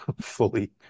fully